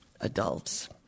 adults